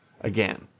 again